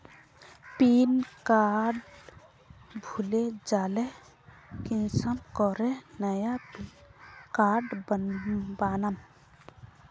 Pin code भूले जाले कुंसम करे नया पिन कोड बनाम?